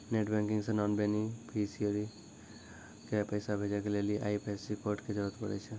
net banking से नान beneficiary के पैसा भेजै के लेली आई.एफ.एस.सी कोड के जरूरत पड़ै छै